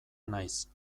naiz